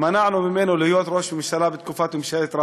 מנענו ממנו להיות ראש ממשלה, בתקופת ממשלת רבין.